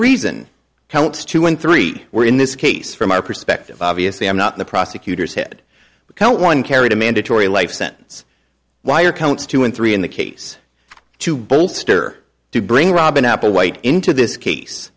counts two and three were in this case from our perspective obviously i'm not the prosecutor's head count one carried a mandatory life sentence wire counts two and three in the case to bolster to bring robyn applewhite into this case